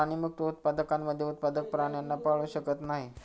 प्राणीमुक्त उत्पादकांमध्ये उत्पादक प्राण्यांना पाळू शकत नाही